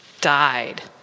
died